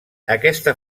aquesta